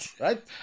right